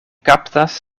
kaptas